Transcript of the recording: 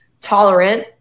tolerant